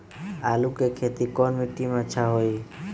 आलु के खेती कौन मिट्टी में अच्छा होइ?